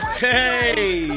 hey